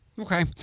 Okay